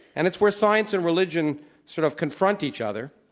and it's where science and religion sort of confront each other.